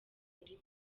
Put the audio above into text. muri